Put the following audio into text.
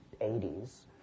80s